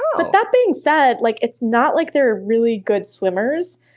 um but that being said, like it's not like they're really good swimmers.